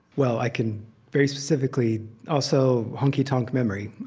well, i can very specifically also, honky-tonk memory.